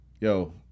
Yo